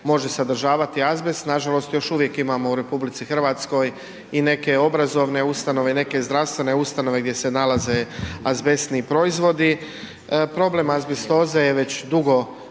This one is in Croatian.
može sadržavati azbest, nažalost još uvijek imamo u RH i neke obrazovne ustanove i neke zdravstvene ustanove gdje se nalaze azbestni proizvodi, problem azbestoze je već dugo